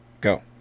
Go